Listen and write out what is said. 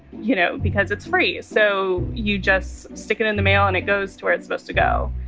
you know, because it's free. so you just stick it in the mail and it goes to where it's supposed to go.